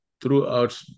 throughout